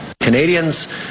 Canadians